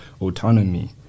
autonomy